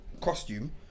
costume